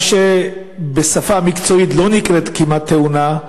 מה שבשפה מקצועית לא נקרא כמעט-תאונה,